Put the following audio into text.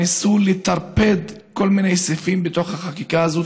ניסו לטרפד כל מיני סעיפים בתוך החקיקה הזאת,